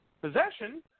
Possession